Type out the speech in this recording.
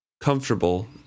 comfortable